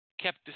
kept